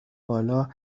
بالا